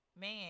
Man